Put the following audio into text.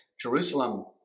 Jerusalem